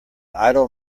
idle